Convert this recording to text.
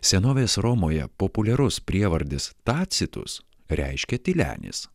senovės romoje populiarus prievardis tacitus reiškia tylenis